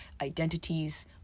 identities